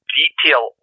detail